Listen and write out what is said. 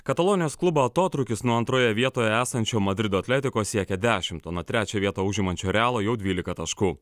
katalonijos klubo atotrūkis nuo antroje vietoje esančio madrido atletico siekia dešim o nuo trečią vietą užimančio realo jau dvylika taškų